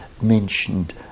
mentioned